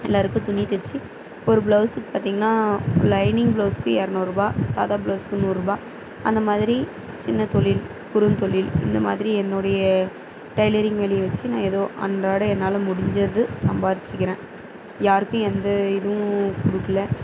எல்லோருக்கும் துணி தைச்சி ஒரு ப்ளவுஸுக்கு பார்த்திங்கன்னா லைனிங் ப்ளவுஸ்க்கு இரநூறுபா சாதா ப்ளவுஸ்க்கு நூறுரூபா அந்த மாதிரி சின்ன தொழில் குறுந்தொழில் இந்த மாதிரி என்னுடைய டைலரிங் வேலையை வச்சு நான் ஏதோ அன்றாடய என்னால் முடிஞ்சது சம்பாரிச்சுக்கிறேன் யாருக்கும் எந்த இதுவும் கொடுக்கல